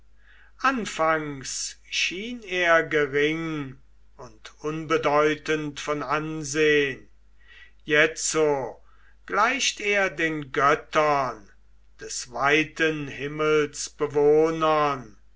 anfangs schien er gering und unbedeutend von ansehn jetzo gleicht er den göttern des weiten himmels